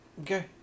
Okay